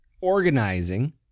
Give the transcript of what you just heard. organizing